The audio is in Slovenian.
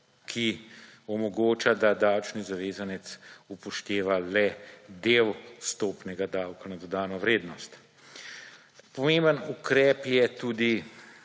ki omogoča, da davčni zavezanec upošteva le del vstopnega davka na dodano vrednost. Pomemben ukrep je tudi